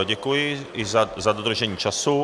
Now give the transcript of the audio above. Děkuji i za dodržení času.